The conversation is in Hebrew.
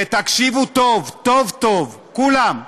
ותקשיבו טוב, טוב-טוב, כולם,